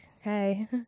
hey